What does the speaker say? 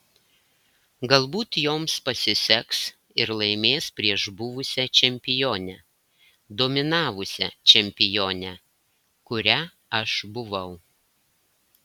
galbūt joms pasiseks ir laimės prieš buvusią čempionę dominavusią čempionę kuria aš buvau